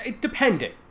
Depending